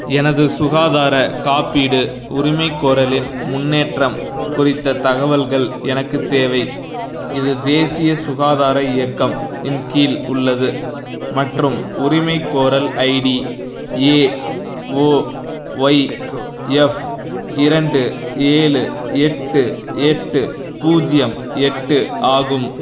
எனது சுகாதார காப்பீடு உரிமைக்கோரலின் முன்னேற்றம் குறித்த தகவல்கள் எனக்கு தேவை இது தேசிய சுகாதார இயக்கம் இன் கீழ் உள்ளது மற்றும் உரிமைக்கோரல் ஐடி ஏஓஒய்எஃப் இரண்டு ஏழு எட்டு எட்டு பூஜ்ஜியம் எட்டு ஆகும்